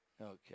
Okay